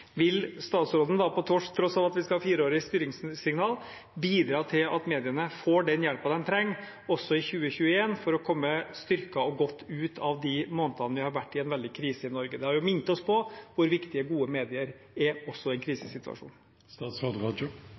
Vil statsråden, på tross av at vi skal ha fireårige styringssignaler, bidra til at mediene får den hjelpen de trenger også i 2021, så de kan komme styrket og godt ut av de månedene de har vært veldig i krise i Norge? Det har mint oss på hvor viktige gode medier er, også i en